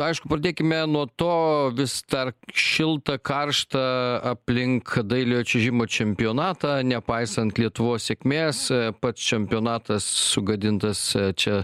aišku pradėkime nuo to vis dar šilta karšta aplink dailiojo čiuožimo čempionatą nepaisant lietuvos sėkmės pats čempionatas sugadintas čia